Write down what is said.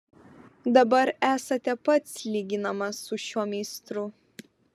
dabar esate pats lyginamas su šiuo meistru